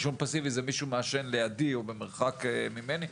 עישון פסיבי זה כשמישהו מעשן לידי או במרחק ממני.